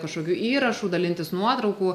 kažkokių įrašų dalintis nuotraukų